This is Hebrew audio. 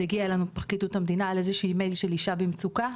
זה הגיע אלינו מפרקליטות המדינה על איזושהי מייל של אישה במצוקה,